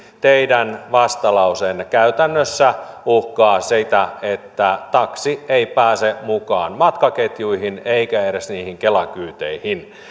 teidän vastalauseenne tähän lakiin käytännössä uhkaa sitä että taksi pääsee mukaan matkaketjuihin ja kela kyyteihin